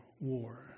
war